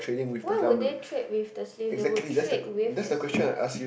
why would they trade with the slaves they will trade with the slaves